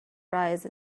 prize